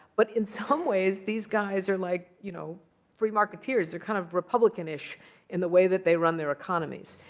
but in some ways, these guys are like you know free-marketeers. they're kind of republican-ish in the way that they run their economies.